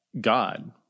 God